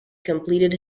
completed